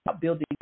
building